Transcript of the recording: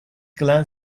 glen